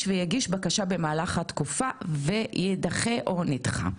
ויגיש בקשה במהלך התקופה ויידחה או נדחה.